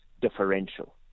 differential